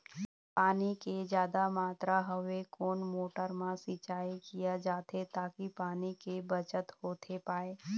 पानी के जादा मात्रा हवे कोन मोटर मा सिचाई किया जाथे ताकि पानी के बचत होथे पाए?